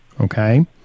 okay